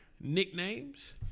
Nicknames